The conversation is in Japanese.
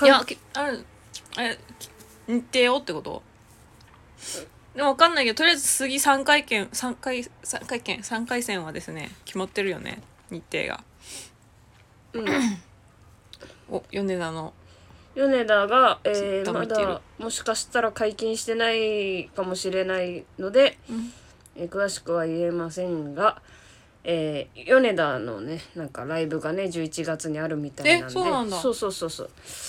いや、き- あれ、あれ、き- 日程をってこと？でもわかんないけど、とりあえず次三回券- 三回- 三回券- 三回戦はですね、決まってるよね、日程が。うん。お、米田の。米田が、えー、ツイッター見てる。まだ、もしかしたら解禁してないかもしれないので、うん。えー、詳しくは言えませんが、えー、米田のね、なんかライブがね、11月にあるみたいなんで。え、そうなんだ。そうそうそうそう。